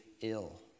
ill